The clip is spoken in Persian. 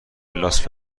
لاس